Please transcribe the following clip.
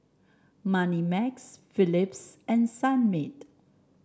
Moneymax Philips and Sunmaid